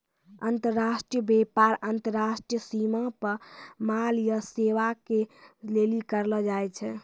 अन्तर्राष्ट्रिय व्यापार अन्तर्राष्ट्रिय सीमा पे माल या सेबा के लेली करलो जाय छै